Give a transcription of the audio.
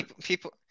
people